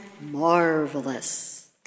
marvelous